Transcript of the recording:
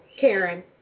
Karen